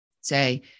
say